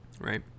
Right